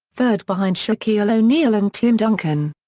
third behind shaquille o'neal and tim duncan.